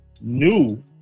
new